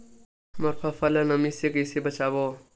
हमर फसल ल नमी से क ई से बचाबो?